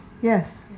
Yes